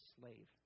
slave